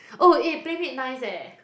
oh eh playmade nice eh